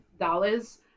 dollars